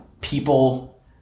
people